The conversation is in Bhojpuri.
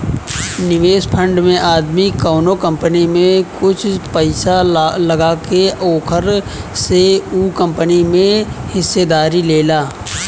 निवेश फंड में आदमी कवनो कंपनी में कुछ पइसा लगा के ओकरा से उ कंपनी में हिस्सेदारी लेला